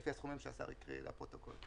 לפי הסכומים שהשר קרא לפרוטוקול.